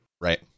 right